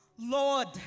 Lord